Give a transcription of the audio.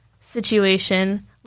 situation